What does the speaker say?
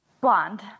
Blonde